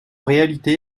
réalité